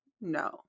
No